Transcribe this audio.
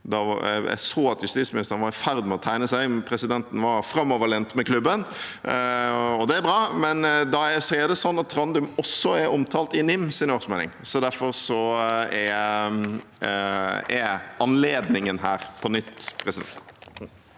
Jeg så at justisministeren var i ferd med å tegne seg, men presidenten var framoverlent med klubben, og det er bra. Men jeg ser at Trandum også er omtalt i NIMs årsmelding, så derfor er anledningen her på nytt. Seher